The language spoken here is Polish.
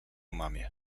mamie